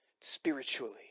spiritually